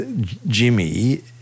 Jimmy